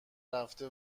رفته